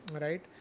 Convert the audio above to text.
right